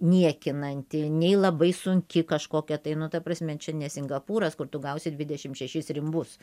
niekinanti nei labai sunki kažkokia tai nu ta prasme čia ne singapūras kur tu gausi dvidešim šešis rimbus